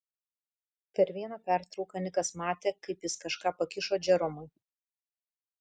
per vieną pertrauką nikas matė kaip jis kažką pakišo džeromui